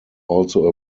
also